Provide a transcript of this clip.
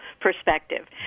perspective